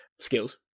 skills